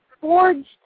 forged